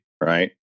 right